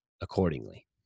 accordingly